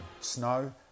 Snow